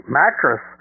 mattress